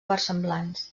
versemblants